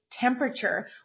temperature